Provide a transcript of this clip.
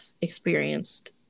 experienced